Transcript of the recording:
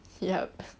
yup